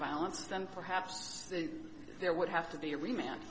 violence them perhaps there would have to be a real man